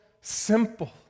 simple